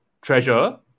treasure